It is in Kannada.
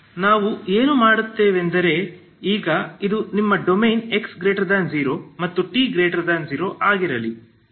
ನಾವು ಏನು ಮಾಡುತ್ತೇವೆನೆಂದರೆ ಈಗ ಇದು ನಿಮ್ಮ ಡೊಮೇನ್ x0 ಮತ್ತು t0 ಆಗಿರಲಿ